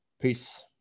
Peace